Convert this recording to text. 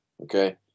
Okay